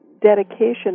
dedication